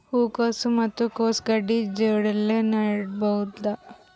ಹೂ ಕೊಸು ಮತ್ ಕೊಸ ಗಡ್ಡಿ ಜೋಡಿಲ್ಲೆ ನೇಡಬಹ್ದ?